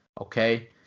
okay